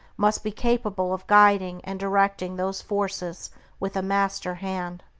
must be capable of guiding and directing those forces with a master-hand.